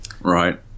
right